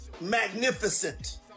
magnificent